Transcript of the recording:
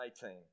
18